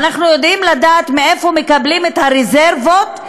אנחנו יודעים מאיפה מקבלים את הרזרבות,